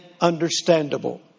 understandable